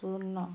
ଶୂନ